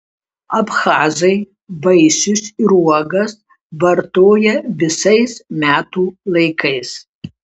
abchazai vaisius ir uogas vartoja visais metų laikais